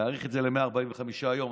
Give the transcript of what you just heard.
להאריך את זה ל-145 ימים,